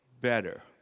Better